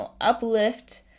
uplift